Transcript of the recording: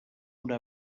una